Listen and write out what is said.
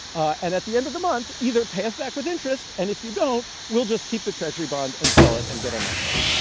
and at the end of the month, either pay us back with interest and if you don't, we'll just keep the treasury bond and sell it and get our money back.